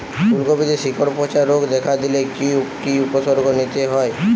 ফুলকপিতে শিকড় পচা রোগ দেখা দিলে কি কি উপসর্গ নিতে হয়?